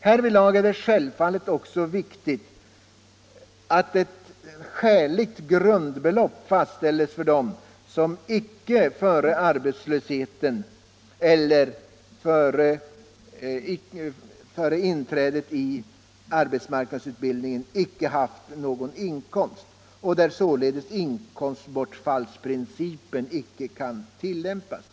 Härvidlag är det självfallet också riktigt att ett skäligt grund belopp fastställes för dem som icke före arbetslösheten eller före inträdet Nr 84 i arbetsmarknadsutbildningen haft någon inkomst och för vilka således Tisdagen den inkomstbortfallsprincipen ej kan tillämpas.